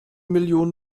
millionen